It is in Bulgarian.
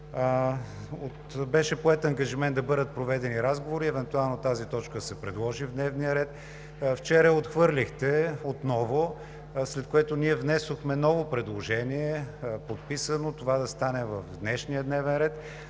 Беше поет ангажимент да бъдат проведени разговори тази точка да се предложи в дневния ред. Вчера отново я отхвърлихте, след което ние внесохме ново предложение – подписано, това да стане в днешния дневен ред.